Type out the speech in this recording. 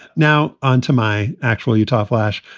now on to my actual utah flash.